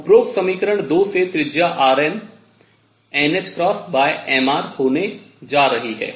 उपरोक्त समीकरण 2 से त्रिज्या rn nmr होने जा रही है